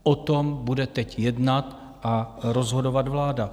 O tom bude teď jednat a rozhodovat vláda.